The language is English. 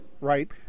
right